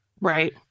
Right